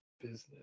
business